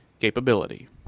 Capability